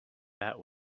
that